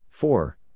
Four